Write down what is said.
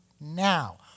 now